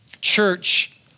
Church